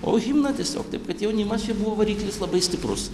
o himną tiesiog taip kad jaunimas čia buvo variklis labai stiprus